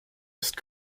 ist